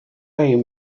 egin